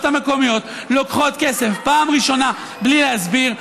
המקומיות לוקחות כסף פעם ראשונה בלי להסביר.